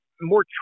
more